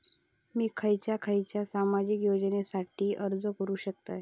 मी खयच्या खयच्या सामाजिक योजनेसाठी अर्ज करू शकतय?